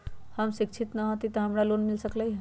हम शिक्षित न हाति तयो हमरा लोन मिल सकलई ह?